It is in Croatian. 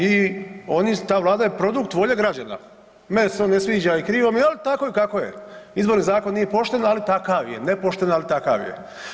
I ta Vlada je produkt volje građana, meni se on ne sviđa i krivo mi je, ali tako je kako je, Izborni zakon nije pošten, ali takav je nepošten ali takav je.